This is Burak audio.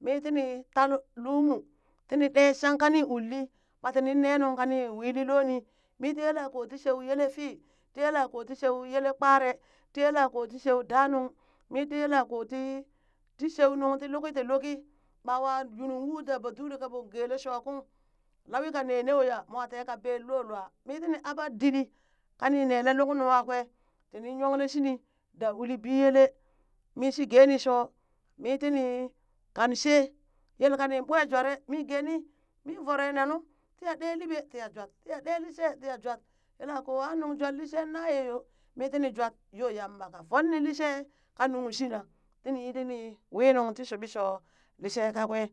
Mi tini ta lumu tini dee shanka nii ulli ɓa tini nee nuŋ kani ni wili loni, mii ti yeke koo tii sheu yele fii ti yele koo ti sheu yele kparee tii yela koo ti sheu daa nuŋ mii tii yekoo tii ti shew nuŋ ti luki ti luki, ɓawa yuunung wuu daa batuti ka ɓoo geele sho kun lawee ka nee neu ya mo tee ka be loo lua mi tini aɓa didɗi kani nele luk nungha kwee tinin nyongle shinii daa uli biyele min shii geeni shoo mitini kan shee yel kanin ɓwe jware mi geeni min voroo nenuu tiya ɗee liɓee ɓaa tiya jwat tiya ɗee lishee tiya jwat yela koo aa nuŋ jwar lishen naye yoo mii tini ɗee tini jwat yoo yamba fole lishee kanung shina tini yi tini wee nuŋ ti sheɓi shoo lishee kawee